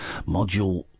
module